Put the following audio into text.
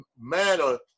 manner